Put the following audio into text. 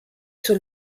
sur